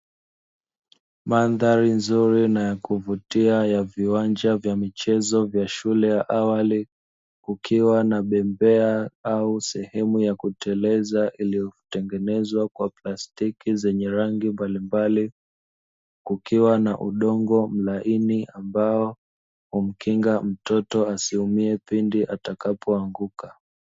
Mandhari nzuri na ya kuvutia ya viwanja vya michezo vya shule ya awali kukiwa na bembea zilizotengenezwa kwa pastiki zenye rangi mbalimbali kukiwa na udongo mlaini ambao humkinga mtoto pindi atakapo anguka.